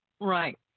Right